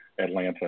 Atlanta